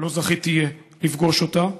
או לא זכיתי לפגוש אותה,